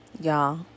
Y'all